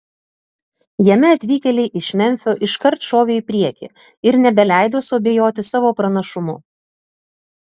jame atvykėliai iš memfio iškart šovė į priekį ir nebeleido suabejoti savo pranašumu